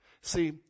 See